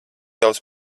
daudz